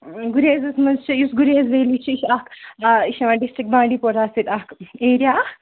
گُریزَس منٛزچُھ یُس گُریز ویلی چھِ یہِ چھِ اَکھ یہِ چِھ یِوَان ڈِسٹِرک بانڈی پورہَس سۭتۍ اَکھ ایریا اَکھ